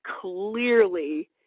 clearly